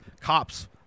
cops